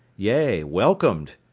yea, welcomed,